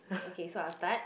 okay so I'll start